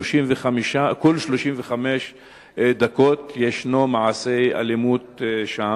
כל 35 דקות יש מעשה אלימות שם.